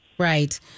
Right